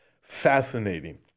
fascinating